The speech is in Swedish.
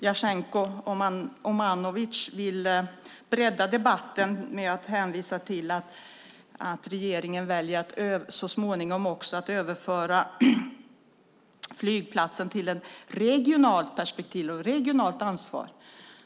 Jasenko Omanovic vill bredda debatten genom att påtala att regeringen väljer att så småningom överföra flygplatserna till ett regionalt ansvar.